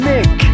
Nick